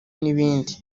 n’ibindi